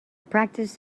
practiced